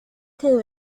quedó